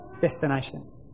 destinations